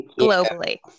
globally